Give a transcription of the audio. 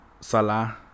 salah